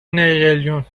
نیقلیون